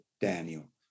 Daniel